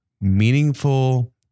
meaningful